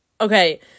Okay